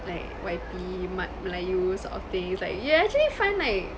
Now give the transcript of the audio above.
like wipey mat melayu sort of things like you'll actually find like